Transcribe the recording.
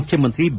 ಮುಖ್ಯಮಂತ್ರಿ ಬಿ